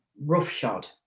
roughshod